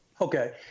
Okay